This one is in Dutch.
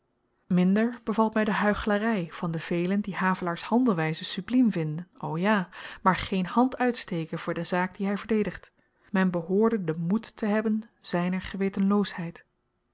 minder bevalt my de huichelary van de velen die havelaars handelwyze subliem vinden o ja maar geen hand uitsteken voor de zaak die hy verdedigt men behoorde den moed te hebben zyner